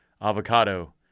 avocado